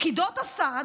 פקידות הסעד,